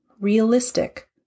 realistic